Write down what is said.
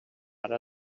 ara